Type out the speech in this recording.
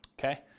Okay